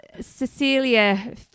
Cecilia